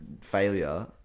failure